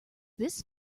this